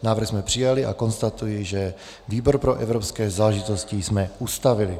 Návrh jsme přijali a konstatuji, že výbor pro evropské záležitosti jsme ustavili.